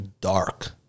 dark